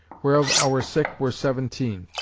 whereof our sick were seventeen.